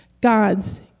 God's